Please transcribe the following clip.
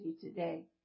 today